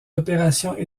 opérations